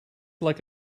like